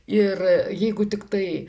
ir jeigu tiktai